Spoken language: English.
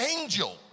angel